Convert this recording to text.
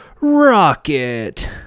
Rocket